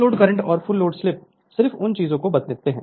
full load current और full load slip सिर्फ उन चीजों को बदलें